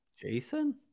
Jason